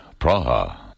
Praha